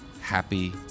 happy